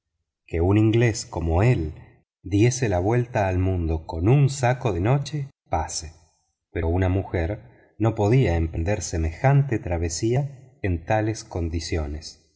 que un inglés como él diese la vuelta al mundo con un saco de noche pase pero una mujer no podía emprender semejante travesía en tales condiciones